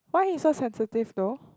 why he so sensitive though